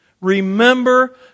remember